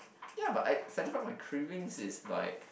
ya but I satisfy my cravings is like